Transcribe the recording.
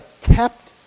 kept